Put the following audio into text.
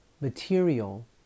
material